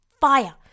fire